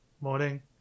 Morning